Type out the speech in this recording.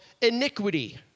iniquity